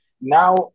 Now